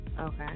Okay